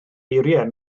eiriau